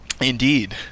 Indeed